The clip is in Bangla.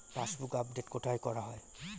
পাসবুক আপডেট কোথায় করা হয়?